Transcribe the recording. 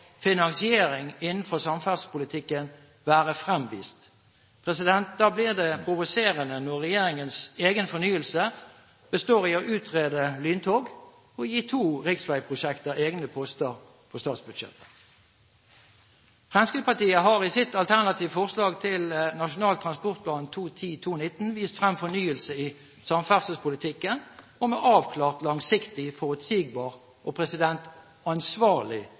finansiering innenfor samferdselspolitikken være fremvist. Da blir det provoserende når regjeringens egen fornyelse består i å utrede lyntog og gi to riksveiprosjekter egne poster på statsbudsjettet. Fremskrittspartiet har i sitt alternative forslag til Nasjonal transportplan 2010–2019 vist frem fornyelse i samferdselspolitikken, med avklart, langsiktig, forutsigbar og ansvarlig